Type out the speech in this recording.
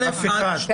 אני